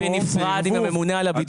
ונפרד עם הממונה על הביטוח.